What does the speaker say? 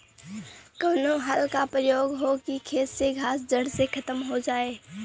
कवने हल क प्रयोग हो कि खेत से घास जड़ से खतम हो जाए?